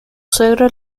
suegros